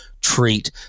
treat